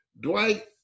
Dwight